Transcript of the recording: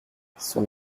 son